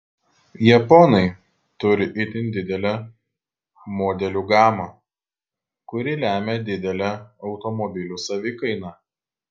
japonai turi itin didelę modelių gamą kuri lemią didelę automobilių savikainą